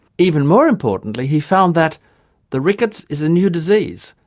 even more importantly he found that the rickets is a new disease,